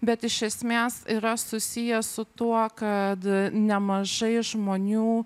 bet iš esmės yra susiję su tuo kad nemažai žmonių